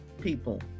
people